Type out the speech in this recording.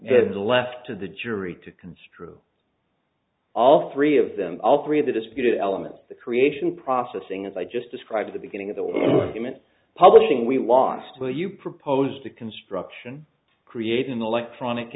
is left to the jury to construe all three of them all three of the disputed elements the creation processing as i just described the beginning of the human publishing we lost where you proposed the construction create an electronic